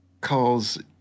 calls